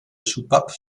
soupapes